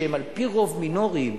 שהם על-פי רוב מינוריים.